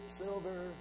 silver